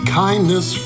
kindness